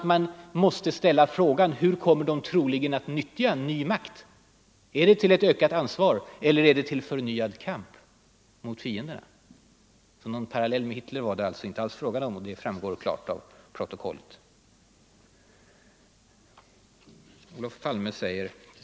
Däremot måste man ställa frågan hur t.ex. en organisation troligen kommer att utnyttja ny makt -— till ökat ansvar eller till förnyad kamp mot fienderna? Någon parallell med Hitler var det alltså inte fråga om, och det kommer klart att framgå av protokollet.